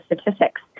statistics